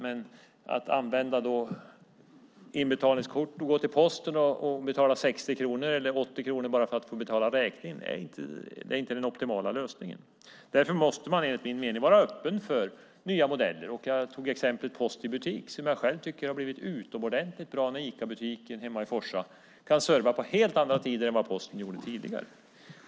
Men att använda inbetalningskort och gå till posten och betala 60 eller 80 kronor bara för att få betala räkningen är inte den optimala lösningen. Därför måste man enligt min mening vara öppen för nya modeller. Jag tog exemplet post i butik, som jag själv tycker har blivit utomordentligt bra. Icabutiken hemma i Forsa kan nu serva på helt andra tider än vad Posten gjorde tidigare.